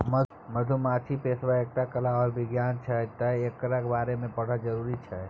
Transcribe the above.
मधुमाछी पोसब एकटा कला आर बिज्ञान छै तैं एकरा बारे मे पढ़ब जरुरी छै